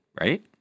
right